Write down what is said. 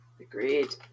Agreed